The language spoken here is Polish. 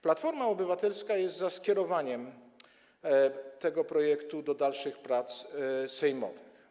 Platforma Obywatelska jest za skierowaniem tego projektu do dalszych prac sejmowych.